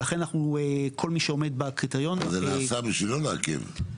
ולכן כל מי שעומד בקריטריון --- זה נעשה בשביל לא לעכב.